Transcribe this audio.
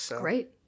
Great